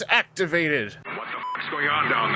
activated